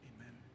amen